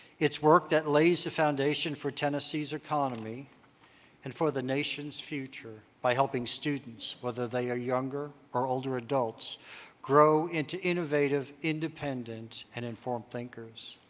it's work that lays the foundation for tennessee's economy and for the nation's future by helping students whether they are younger or older adults grow into innovative independent and informed thinkers.